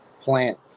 plant